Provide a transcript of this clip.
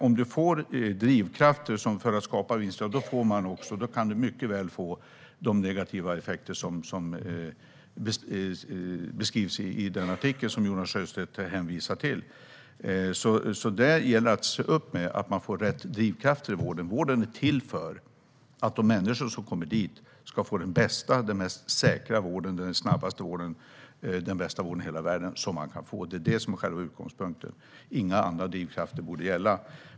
Om vi får drivkrafter för att skapa vinster, då kan det mycket väl få de negativa effekter som beskrivs i den artikel som Jonas Sjöstedt hänvisar till. Det gäller alltså att se upp så att man får rätt drivkrafter i vården. Vården är till för att de människor som kommer dit ska få den bästa, säkraste och snabbaste vården som man kan få i hela världen. Detta är själva utgångspunkten. Inga andra drivkrafter borde gälla.